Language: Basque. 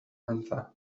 antza